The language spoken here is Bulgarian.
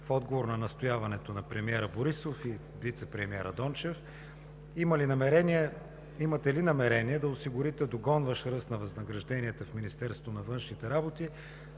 в отговор на настояването на премиера Борисов и вицепремиера Дончев? Имате ли намерение да осигурите догонващ ръст на възнагражденията в Министерството на външните работи,